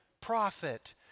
prophet